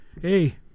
hey